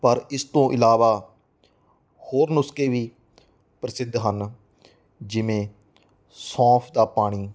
ਪਰ ਇਸ ਤੋਂ ਇਲਾਵਾ ਹੋਰ ਨੁਸਖੇ ਵੀ ਪ੍ਰਸਿੱਧ ਹਨ ਜਿਵੇਂ ਸੌਂਫ ਦਾ ਪਾਣੀ